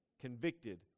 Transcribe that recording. convicted